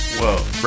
whoa